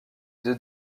deux